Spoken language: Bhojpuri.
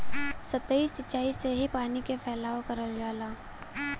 सतही सिचाई से ही पानी क फैलाव करल जाला